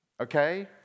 okay